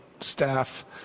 staff